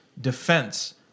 defense